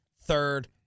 third